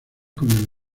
con